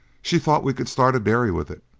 she thought we could start a dairy with it,